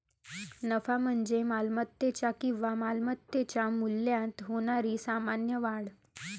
नफा म्हणजे मालमत्तेच्या किंवा मालमत्तेच्या मूल्यात होणारी सामान्य वाढ